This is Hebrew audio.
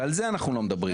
ועל זה אנחנו לא מדברים.